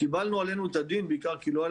קיבלנו עלינו את הדין בעיקר כי לא הייתה